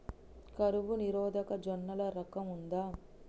కరువు నిరోధక జొన్నల రకం ఉందా?